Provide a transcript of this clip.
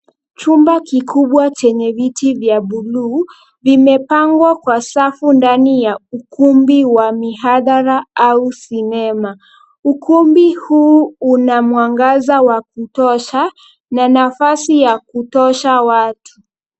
Chumba kikubwa chenye viti vya buluu vimepangwa kwa safu ndani ya ukumbi wa mihadhara au sinema. Ukumbi huu una mwangaza wa kutosha na nafasi ya kutosha watu.